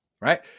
right